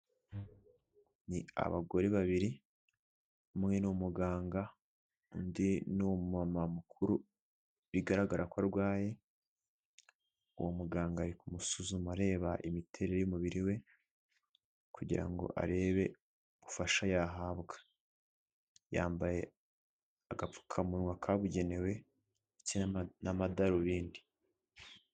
Ni abagore babiri hamwe n'umuganga undi ni u mu mama mukuru bigaragara ko arwaye uwo muganga ari kumusuzuma areba imiterere y'umubiri we kugira ngo arebe ubufasha yahabwa, yambaye agapfukamunwa kabugenewe n'amadarubindi.